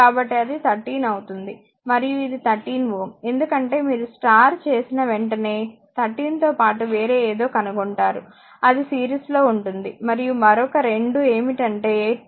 కాబట్టి అది 13అవుతుంది మరియు ఇది 13Ω ఎందుకంటే మీరు స్టార్ చేసిన వెంటనే13 తో పాటు వేరే ఏదో కనుగొంటారు అది సీరీస్ లో ఉంటుంది మరియు మరొక రెండు ఏమిటంటే 8